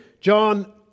John